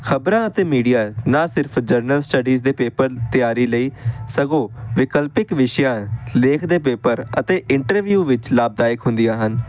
ਖਬਰਾਂ ਅਤੇ ਮੀਡੀਆ ਨਾ ਸਿਰਫ ਜਰਨਲ ਸਟੱਡੀਜ਼ ਦੇ ਪੇਪਰ ਤਿਆਰੀ ਲਈ ਸਗੋਂ ਵਿਕਲਪਿਕ ਵਿਸ਼ਿਆਂ ਲੇਖ ਦੇ ਪੇਪਰ ਅਤੇ ਇੰਟਰਵਿਊ ਵਿੱਚ ਲਾਭਦਾਇਕ ਹੁੰਦੀਆਂ ਹਨ